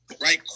right